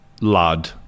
lad